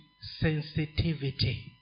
sensitivity